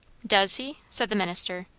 does he? said the minister.